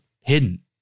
hidden